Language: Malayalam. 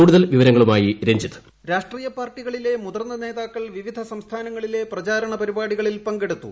കൂടുതൽ വിവരങ്ങളുമായി രഞ്ജിത്ത് വോയിസ് രാഷ്ട്രീയ പാർട്ടികളിലെ മുതിർന്നു നേതാക്കൾ വിവിധ സംസ്ഥാനങ്ങളിലെ പ്രചാരണ പ്പരിപാടികളിൽ പങ്കെടുത്തു